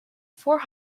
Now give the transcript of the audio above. four